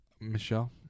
Michelle